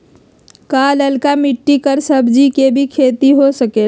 का लालका मिट्टी कर सब्जी के भी खेती हो सकेला?